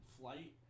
Flight